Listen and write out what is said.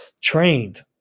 trained